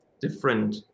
different